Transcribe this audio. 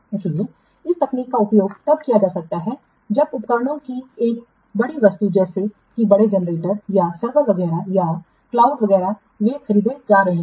इसलिए इस तकनीक का उपयोग तब किया जा सकता है जब उपकरणों की एक बड़ी वस्तु जैसे कि बड़े जनरेटर बड़े क्या सर्वर वगैरह या बादल वगैरह वे खरीदे जा रहे हैं